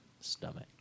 stomach